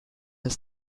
his